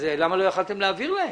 אז למה לא יכולתם להעביר להם?